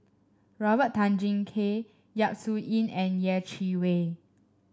Robert Tan Jee Keng Yap Su Yin and Yeh Chi Wei